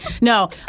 No